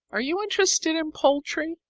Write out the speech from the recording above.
are you interested in poultry?